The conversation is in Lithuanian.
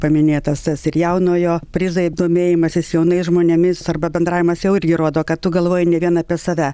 paminėtas tas ir jaunojo prizai domėjimasis jaunais žmonėmis arba bendravimas jau irgi rodo kad tu galvoji ne vien apie save